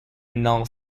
null